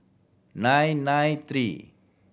nine nine three